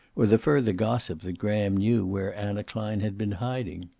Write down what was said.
or the further gossip that graham knew where anna klein had been hiding.